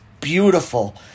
beautiful